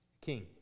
king